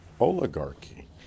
oligarchy